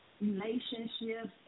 Relationships